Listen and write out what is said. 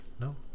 No